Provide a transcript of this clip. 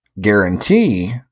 guarantee